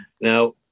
Now